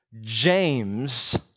James